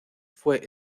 fue